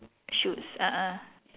shoes a'ah